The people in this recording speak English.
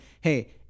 Hey